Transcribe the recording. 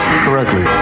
correctly